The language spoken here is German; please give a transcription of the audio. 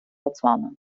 botswana